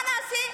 מה נעשה?